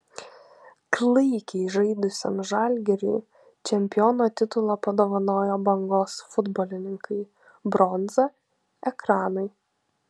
klaikiai žaidusiam žalgiriui čempiono titulą padovanojo bangos futbolininkai bronza ekranui